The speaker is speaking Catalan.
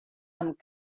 amb